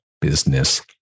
business